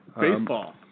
Baseball